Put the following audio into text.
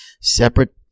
separate